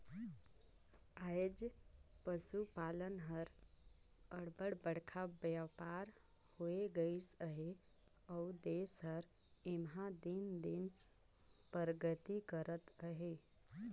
आएज पसुपालन हर अब्बड़ बड़खा बयपार होए गइस अहे अउ देस हर एम्हां दिन दिन परगति करत अहे